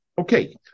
Okay